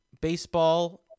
baseball